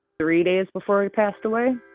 three days before he passed away.